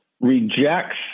rejects